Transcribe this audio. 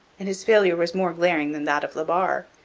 and his failure was more glaring than that of la barre.